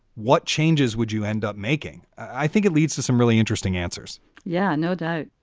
what changes would you end up making? i think it leads to some really interesting answers yeah, no doubt.